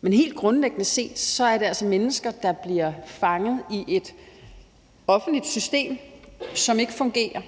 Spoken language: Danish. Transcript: Men helt grundlæggende set er der altså tale om mennesker, der bliver fanget i et offentligt system, som ikke fungerer.